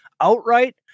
outright